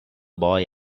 boy